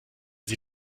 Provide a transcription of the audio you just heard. sie